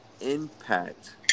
impact